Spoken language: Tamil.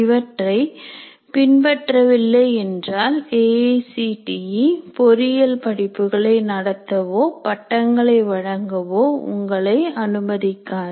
இவற்றை பின்பற்றவில்லை என்றால் ஏ ஐசிடி பொறியியல் படிப்புகளை நடத்தவோ பட்டங்களைவழங்கவோ உங்களை அனுமதிக்காது